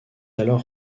alors